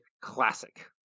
classic